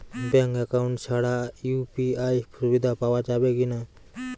Bank account ছাড়া UPI সুবিধা পাওয়া যাবে কি না?